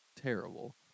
terrible